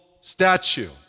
statue